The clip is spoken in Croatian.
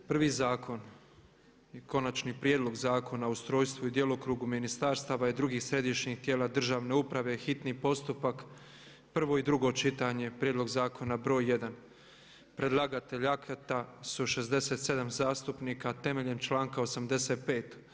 Prvi zakon i konačni prijedlog Zakona o ustrojstvu i djelokrugu ministarstava i drugih središnjih tijela državne uprave, hitni postupak, prvo i drugo čitanje, P.Z.BR.1. Predlagatelj akata su 67 zastupnika temeljem članka 85.